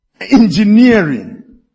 engineering